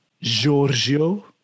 Giorgio